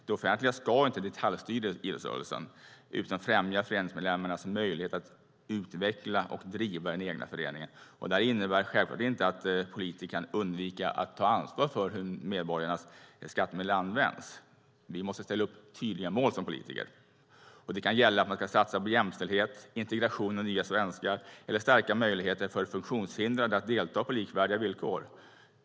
Det offentliga ska inte detaljstyra idrottsrörelsen utan främja föreningsmedlemmarnas möjlighet att utveckla och driva den egna föreningen. Det innebär självfallet inte att politiker kan undvika att ta ansvar för hur medborgarnas skattemedel används. Vi som politiker måste ställa upp tydliga mål. Det kan gälla satsningar på jämställdhet, integration av nya svenskar eller stärkta möjligheter för funktionshindrade att delta på likvärdiga villkor.